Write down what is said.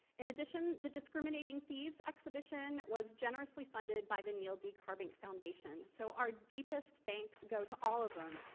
in addition, the discriminating thieves exhibition was generously funded by the neil d. karbank foundation. so our deepest thanks go to all of them.